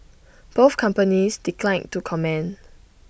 both companies declined to comment